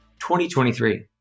2023